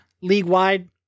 league-wide